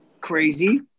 crazy